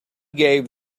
gave